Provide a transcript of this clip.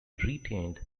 retained